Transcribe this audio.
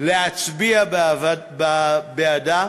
להצביע בעדה